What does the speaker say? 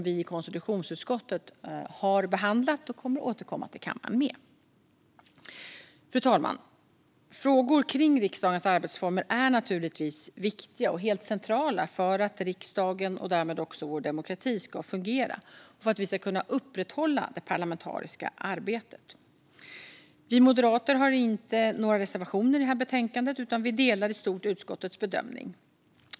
Vi i konstitutionsutskottet har behandlat och kommer att återkomma till kammaren med den. Fru talman! Frågor om riksdagens arbetsformer är viktiga och helt centrala för att riksdagen och därmed vår demokrati ska fungera och för att vi ska kunna upprätthålla det parlamentariska arbetet. Vi moderater har inga reservationer i detta betänkande utan instämmer i stort i utskottets bedömning.